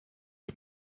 had